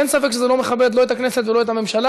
אין ספק שזה לא מכבד, לא את הכנסת ולא את הממשלה.